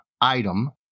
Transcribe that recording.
item